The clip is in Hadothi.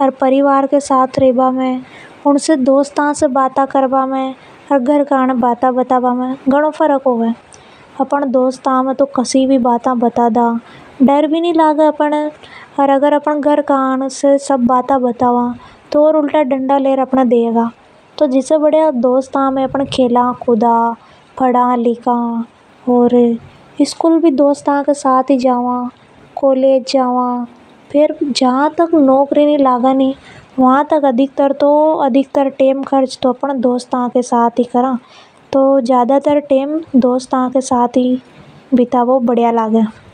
परिवार का लोगों ने बात बताने में ओर दोस्त से बात कर भा में घनों फर्क होवे है अपन दोस्त ए तो कसी भी बात बता दा पर परिवार वाला ने सारी बातआ नि बताबा। जा तक अपन नौकरी नि लगा वहां तक अधिकतर टेम खर्च तो आपने दोस्तों के साथ में ही होवे। इसलिए दोस्तों के साथ रेबो ज्यादा बढ़िया लागे।